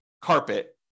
carpet